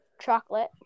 Chocolate